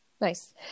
Nice